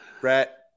Brett